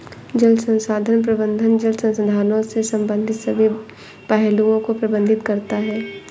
जल संसाधन प्रबंधन जल संसाधनों से संबंधित सभी पहलुओं को प्रबंधित करता है